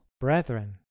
brethren